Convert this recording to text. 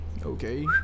Okay